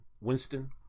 Winston